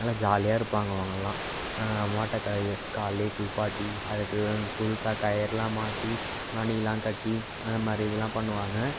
நல்லா ஜாலியாக இருப்பாங்க அவங்கெல்லாம் மாட்டைக் கய காலைலயே குளிப்பாட்டி அதுக்குப் புதுசாக கயறுலாம் மாற்றி மணிலாம் கட்டி அந்த மாதிரி இதுலாம் பண்ணுவாங்க